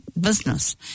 business